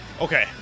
okay